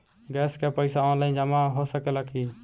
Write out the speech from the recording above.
Gas के पइसा online जमा हो सकेला की?